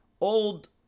old